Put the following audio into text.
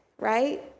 right